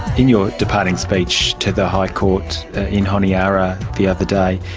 in your departing speech to the high court in honiara the other day